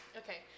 okay